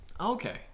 Okay